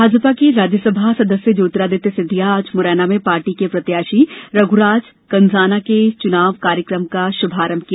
भाजपा के राज्यसभा सदस्य ज्योतिरादित्य सिंधिया आज मुरैना में पार्टी के प्रत्याशी रघुराज कंषाना के चुनाव कार्यालय का शुभारंभ किया